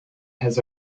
has